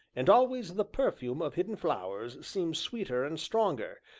and always the perfume of hidden flowers seemed sweeter and stronger,